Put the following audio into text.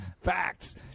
Facts